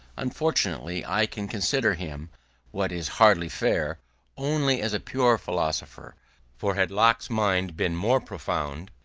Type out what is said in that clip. unfortunately, i can consider him what is hardly fair only as a pure philosopher for had locke's mind been more profound,